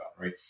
right